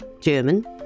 German